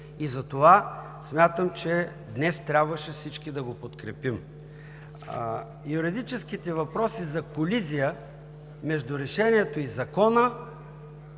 Затова смятам, че днес трябваше всички да го подкрепим. Юридическите въпроси за колизия между решението и Закона